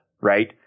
right